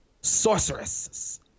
Sorceress